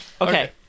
Okay